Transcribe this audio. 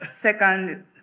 second